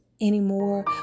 anymore